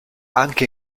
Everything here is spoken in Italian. anche